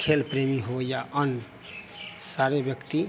खेल प्रेमी हो या आम सारे व्यक्ति